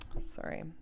Sorry